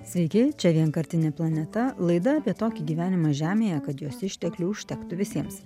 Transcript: sveiki čia vienkartinė planeta laida apie tokį gyvenimą žemėje kad jos išteklių užtektų visiems